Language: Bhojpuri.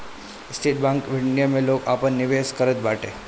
स्टेट बैंक ऑफ़ इंडिया में लोग आपन निवेश करत बाटे